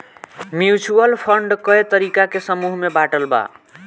mutual fund कए तरीका के समूह में बाटल बा